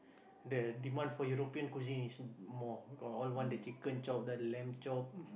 the demand for European cuisine is more all want the chicken chop the lamb chop